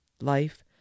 life